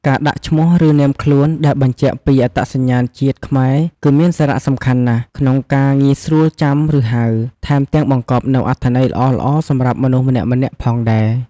ការដាក់ឈ្មោះឬនាមខ្លួន ដែលបញ្ជាក់ពីអត្តសញ្ញាណជាតិខ្មែរគឺមានសារៈសំខាន់ណាស់ ក្នុងការងាយស្រួលចាំឫហៅ ថែមទាំងបង្កប់នូវអត្តន័យល្អៗសម្រាប់មនុស្សម្នាក់ៗផងដែរ។